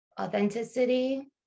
authenticity